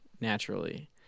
naturally